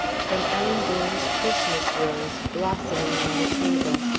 from ellen bourne's christmas rose, blossoming on the table.